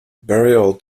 burial